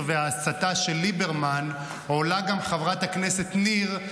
וההסתה של ליברמן עולה גם חברת הכנסת ניר,